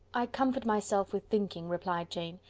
i comfort myself with thinking, replied jane,